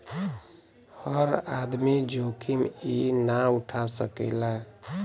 हर आदमी जोखिम ई ना उठा सकेला